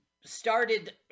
started